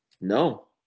No